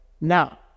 Now